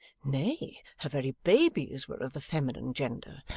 nay, her very babies were of the feminine gender.